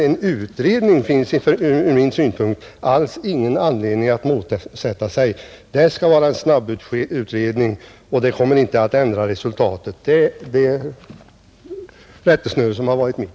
En utredning finns det ur min synvinkel sett emellertid ingen anledning att motsätta sig, Det skall vara en snabbutredning, och den kommer inte att ändra resultatet — detta är det rättesnöre som har varit mitt.